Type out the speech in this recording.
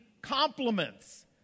compliments